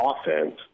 offense